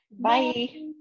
bye